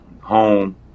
home